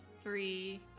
three